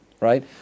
Right